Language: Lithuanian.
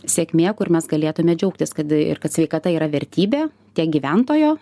sėkmė kur mes galėtume džiaugtis kad ir kad sveikata yra vertybė tiek gyventojo